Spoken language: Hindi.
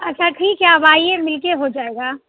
अच्छा ठीक है अब आइए मिल कर हो जाएगा